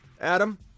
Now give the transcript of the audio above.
Adam